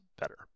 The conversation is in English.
better